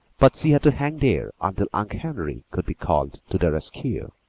but she had to hang there until unc' henry could be called to the rescue.